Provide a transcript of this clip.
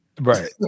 Right